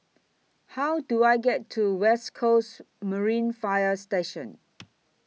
How Do I get to West Coasts Marine Fire Station